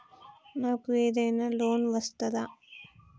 నాకు ఏదైనా లోన్ వస్తదా?